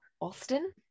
Austin